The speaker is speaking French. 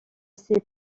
ses